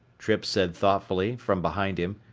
trippe said thoughtfully from behind him,